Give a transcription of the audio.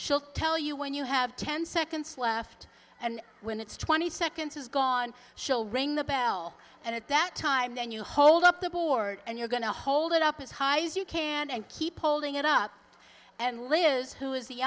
she'll tell you when you have ten seconds left and when it's twenty seconds is gone shall ring the bell and at that time then you hold up the board and you're going to hold it up as high as you can and keep holding it up and liz who is the